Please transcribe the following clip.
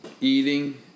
eating